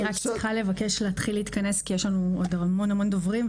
אני רק צריכה לבקש להתחיל להתכנס כי יש לנו עוד המון דוברים,